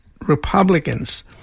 Republicans